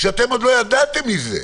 כשאתם עוד לא ידעתם על זה,